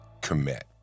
Commit